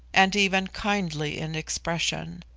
and even kindly in expression.